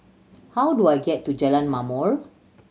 how do I get to Jalan Ma'mor